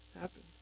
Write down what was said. happen